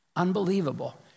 unbelievable